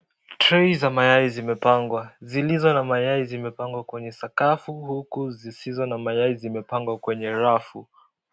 Trei za mayai zimepangwa. Zilizo na mayai zimepangwa kwenye sakafu huku zisizo na mayai zimepangwa kwenye rafu.